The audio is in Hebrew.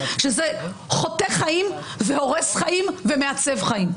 אין גם שאלה שזה חותך חיים והורס חיים ומעצב חיים.